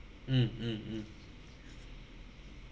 mm mm mm